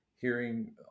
hearing